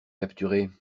capturé